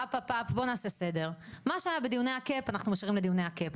מה שהיה בדיוני הקאפ אנחנו משאירים לדיוני הקאפ.